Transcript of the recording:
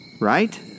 right